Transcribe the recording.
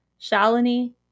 Shalini